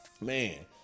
man